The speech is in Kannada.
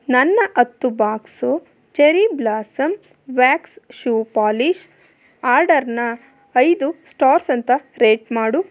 ನನ್ನ ಹತ್ತು box cherry blossom wax shoe polish ಆರ್ಡರಿನ ಐದು ಸ್ಟಾರ್ಸ್ ಅಂತ ರೇಟ್ ಮಾಡು